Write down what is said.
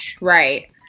Right